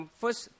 first